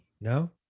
No